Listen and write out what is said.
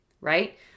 Right